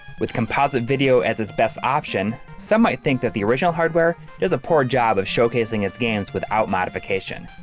with composite video as its best option, some might think that the original hardware does a poor job of showcasing its games without modification.